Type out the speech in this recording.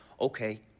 okay